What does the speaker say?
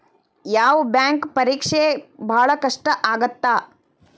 ಯಾವ್ ಬ್ಯಾಂಕ್ ಪರೇಕ್ಷೆ ಭಾಳ್ ಕಷ್ಟ ಆಗತ್ತಾ?